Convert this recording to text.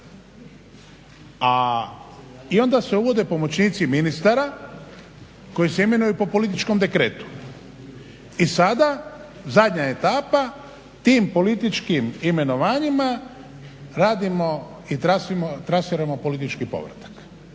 I onda se uvode pomoćnici ministara koji se imenuju po političkom dekretu. I sada zadnja etapa tim političkim imenovanjima radimo i trasiramo politički povratak.